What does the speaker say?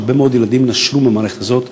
הרבה מאוד ילדים נשרו מהמערכת הזאת,